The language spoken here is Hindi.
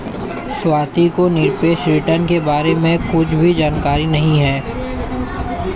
स्वाति को निरपेक्ष रिटर्न के बारे में कुछ भी जानकारी नहीं है